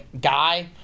guy